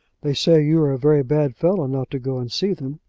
they say you are a very bad fellow not to go and see them.